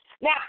now